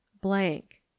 blank